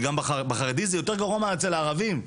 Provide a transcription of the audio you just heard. בחרדי זה יותר גרוע מאצל הערבים,